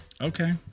Okay